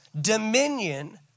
dominion